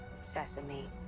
Sesame